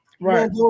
Right